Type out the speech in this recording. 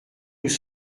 nous